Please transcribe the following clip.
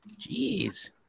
Jeez